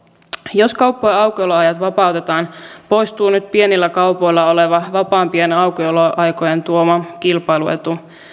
jos kauppojen aukioloajat vapautetaan poistuu nyt pienillä kaupoilla oleva vapaampien aukioloaikojen tuoma kilpailuetu